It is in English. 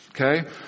okay